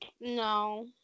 No